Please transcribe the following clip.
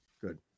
Good